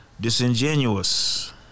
Disingenuous